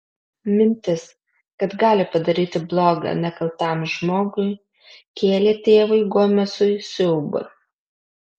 mintis kad gali padaryti bloga nekaltam žmogui kėlė tėvui gomesui siaubą